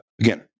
again